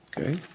Okay